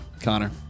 Connor